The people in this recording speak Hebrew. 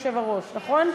אדוני היושב-ראש, נכון?